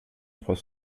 trois